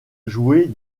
joué